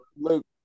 Luke